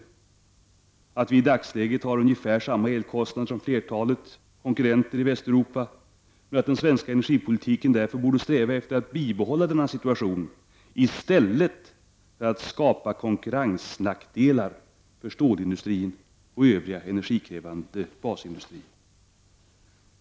Vidare sägs att vi i dagsläget har ungefär samma elkostnad som flertalet konkurrenter i Västeuropa, men att den svenska energipolitiken därför borde sträva efter att bibehålla denna situation i stället för att skapa konkurrensnackdelar för storindustrin och övrig energikrävande basindustri.